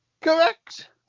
Correct